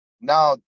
Now